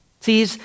See